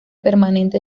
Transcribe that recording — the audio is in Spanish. permanente